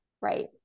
Right